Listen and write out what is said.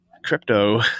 crypto